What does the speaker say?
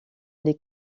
les